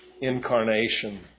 incarnation